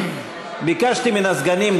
ביקשתי מן הסגנים,